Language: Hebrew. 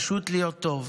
פשוט להיות טוב.